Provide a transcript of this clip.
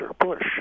Bush